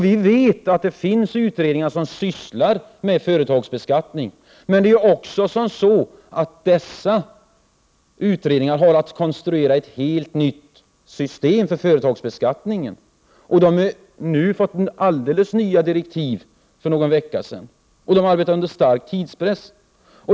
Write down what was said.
Vi vet att det pågår utredningar där man sysslar / med frågan om företagsbeskattningen. Men dessa utredningar har också 28] konstruera ett helt nytt system för företagsbeskattningen. För någon vecka! sedan kom helt nya direktiv. Således arbetar man under stark tidspress.